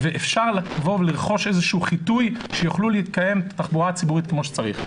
ואפשר לרכוש איזשהו חיטוי שהתחבורה הציבורית תוכל להתקיים כמו שצריך.